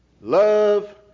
Love